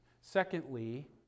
Secondly